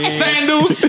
sandals